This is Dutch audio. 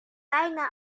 bijna